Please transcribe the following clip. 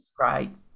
Right